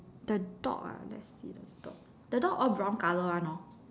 the dog ah let's see the dog the dog all brown colour one hor